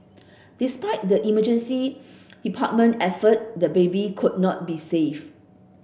despite the emergency department effort the baby could not be saved